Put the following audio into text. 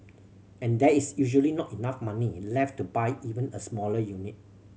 and there is usually not enough money left to buy even a smaller unit